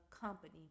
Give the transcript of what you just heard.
company